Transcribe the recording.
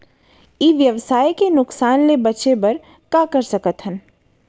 ई व्यवसाय के नुक़सान ले बचे बर का कर सकथन?